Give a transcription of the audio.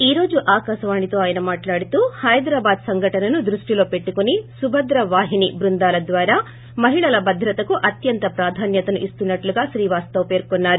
ఈ రోజు తెకాశవాణితో అయన మాట్లాడుతూ హైదరాబాద్ సంఘటనను ేదృష్టిలో పెట్టుకొని సుభద్ర వాహిని బృందాల ద్వారా మహిళల భద్రతకు అత్యంత ప్రాధాన్నతను ఇస్తున్నట్లు శ్రీవాస్పవ్ పేర్కొన్నారు